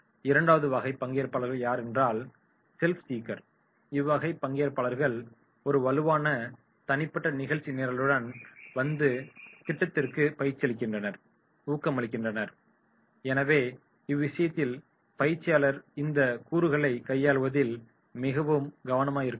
இரண்டாவது வகையான பங்கேற்பாளர்கள் யார் என்றால் ஸெல்ப் சீகேர்கள் இவ்வகை பங்கேற்பாளர்கள் ஒரு வலுவான தனிப்பட்ட நிகழ்ச்சி நிரலுடன் வந்து திட்டத்திற்கு ஊக்கமளிக்கின்றனர் எனவே இவ்விஷயத்தில் பயிற்சியாளர் இந்த கூறுகளை கையாள்வதில் மிகவும் கவனமாக இருக்க வேண்டும்